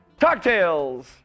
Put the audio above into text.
TalkTales